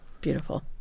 beautiful